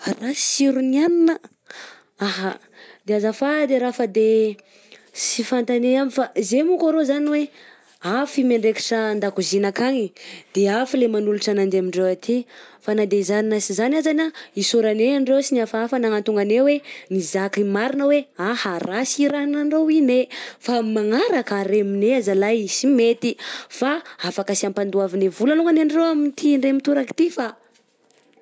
Rasy siron'ny hagnina a? _x000D_ Ahà, de azafady ara fa de sy fantanay aby fa zay manko arô zany oe, hafa i miandraikitra an-dakozina akagny de hafa le manolotra agnanjy amindreo aty, fa na de izay na sy izany azany a, isôranay ndrô sy nihafahafa nagnantogna anay hoe nizaka ny marina hoe, ahà rasy i raha nandrahoinay fa amin'ny magnaraka aregninay e zalahy e sy mety fa afaka sy ampandoavinay vola longany andreo amty ndray mitoraka ty fa.